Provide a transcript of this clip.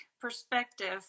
perspective